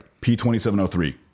P2703